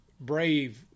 brave